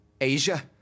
Asia